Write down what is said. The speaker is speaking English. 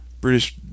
British